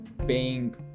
paying